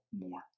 more